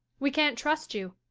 we can't trust you.